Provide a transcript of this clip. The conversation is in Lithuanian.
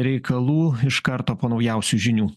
reikalų iš karto po naujausių žinių